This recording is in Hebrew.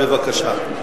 בבקשה.